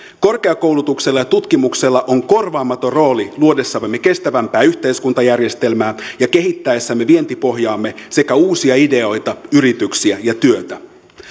korkeakoulutuksella ja tutkimuksella on korvaamaton rooli luodessamme kestävämpää yhteiskuntajärjestelmää ja kehittäessämme vientipohjaamme sekä uusia ideoita yrityksiä ja työtä